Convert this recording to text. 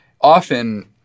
Often